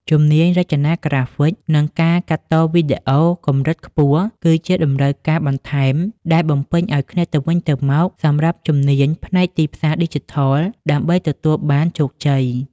ជំនាញរចនាក្រាហ្វិក និងការកាត់តវីដេអូកម្រិតខ្ពស់ គឺជាតម្រូវការបន្ថែមដែលបំពេញឱ្យគ្នាទៅវិញទៅមកសម្រាប់អ្នកជំនាញផ្នែកទីផ្សារឌីជីថលដើម្បីទទួលបានជោគជ័យ។